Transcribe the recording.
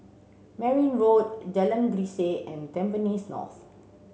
Merryn Road Jalan Grisek and Tampines North